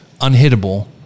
unhittable